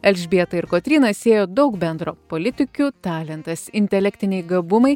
elžbietą ir kotryną siejo daug bendro politikių talentas intelektiniai gabumai